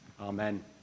Amen